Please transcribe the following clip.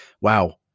Wow